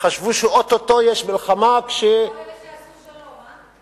חשבו שאו-טו-טו יש מלחמה, כל אלה שעשו שלום, אה?